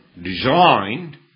designed